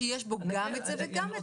שיש בו גם את זה וגם את זה.